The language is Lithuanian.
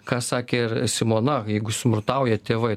ką sakė ir simona jeigu smurtauja tėvai